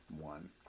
one